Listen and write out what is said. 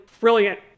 brilliant